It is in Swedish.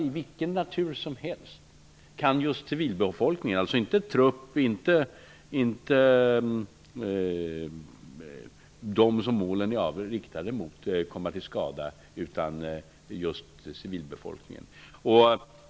I vilken natur som helst kan just civilbefolkningen komma till skada -- dvs. inte trupp eller de som utgör mål.